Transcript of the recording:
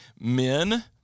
men